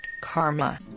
karma